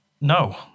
No